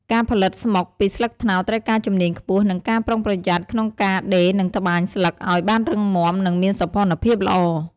ការផលិតស្មុកពីស្លឹកត្នោតត្រូវការជំនាញខ្ពស់ និងការប្រុងប្រយ័ត្នក្នុងការដេរនិងត្បាញស្លឹកឲ្យបានរឹងមាំ និងមានសោភណភាពល្អ។